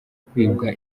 kwibwa